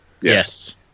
Yes